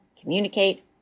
communicate